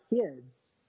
kids